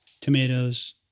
tomatoes